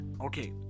okay